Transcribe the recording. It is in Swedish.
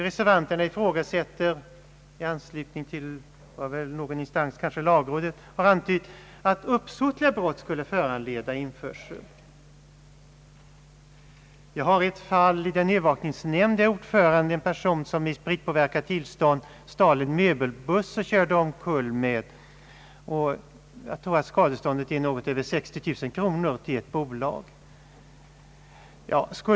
Reservanterna ifrågasätter i anslutning till ett yttrande från någon instans att uppsåtliga brott borde föranleda införsel. Den övervakningsnämnd för kriminalvård i frihet i vilken jag är ordförande har hand bl.a. om ett fall, där en person i spritpåverkat tillstånd stal en möbelbuss och körde omkull med den. Jag har för mig att skadeståndet till ett bolag uppgår till något över 60 000 kronor.